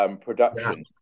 production